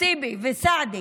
טיבי וסעדי,